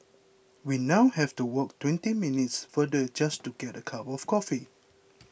we now have to walk twenty minutes farther just to get a cup of coffee